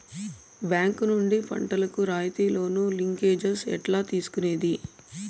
Bank నుండి పంటలు కు రాయితీ లోను, లింకేజస్ ఎట్లా తీసుకొనేది?